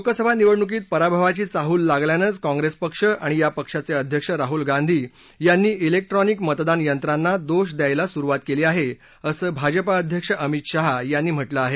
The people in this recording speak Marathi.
लोकसभा निवडणुकीत पराभवाची चाहूल लागल्यानंच काँग्रेस पक्ष आणि या पक्षाचे अध्यक्ष राहुल गांधी यांनी त्रैक्ट्रॉनिक मतदान यंत्रांना दोष द्यायला सुरुवात केली आहे असं भाजपा अध्यक्ष अमित शाह यांनी म्हटलं आहे